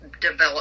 develop